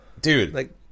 dude